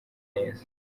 neza